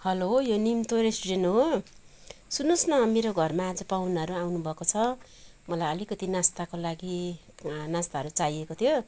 hello यो Nimto restaurant हो सुन्नुहोस् न मेरो घरमा आज पाहुनाहरू आउनुभएको छ मलाई अलिकति नास्ताको लागि नास्ताहरू चाहिएको थियो